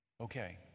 Okay